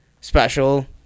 special